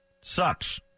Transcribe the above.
sucks